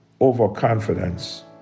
overconfidence